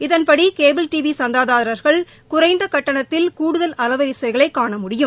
இதன்படி cable TV சந்தாதாரர்கள் குறைந்த கட்டணத்தில் கூடுதல் அலவரிசைகளை காண முடியும்